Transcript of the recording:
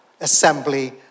assembly